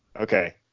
Okay